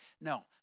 No